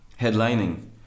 headlining